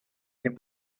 him